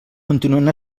continuen